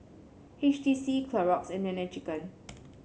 H T C Clorox and Nene Chicken